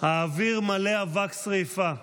"האוויר מלא אבק שרפה.